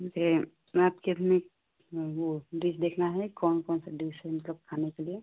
पूछ रही हूँ मैं आपके इतनी वो डिश देखना है कौन कौन सा डिश है मतलब खाने के लिए